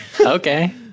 Okay